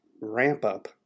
ramp-up